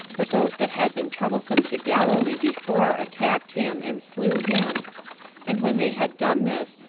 but those that had been troublesome to galilee before attacked him, and slew him and when they had done this,